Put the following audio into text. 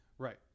Right